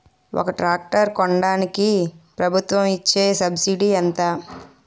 ఒక ట్రాక్టర్ కొనడానికి ప్రభుత్వం ఇచే సబ్సిడీ ఎంత?